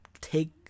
take